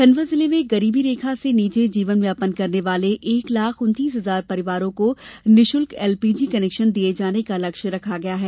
खंडवा जिले में गरीबी रेखा से नीचे जीवन यापन करने वाले एक लाख उन्तीस हजार परिवारों को निःशुल्क एलपीजी कनेक्शन दिये जाने का लक्ष्य रखा गया है